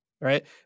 right